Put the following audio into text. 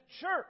church